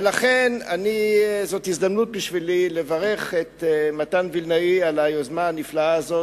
ולכן זאת הזדמנות בשבילי לברך את מתן וילנאי על היוזמה הנפלאה הזאת.